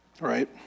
Right